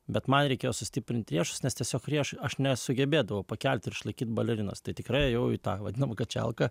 bet man reikėjo sustiprinti riešus nes tiesiog rieš aš nesugebėdavau pakelti ir išlaikyt balerinos tai tikrai ėjau į tą vadinamą kačalką